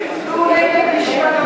הם הצביעו נגד בישיבת הממשלה.